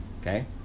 okay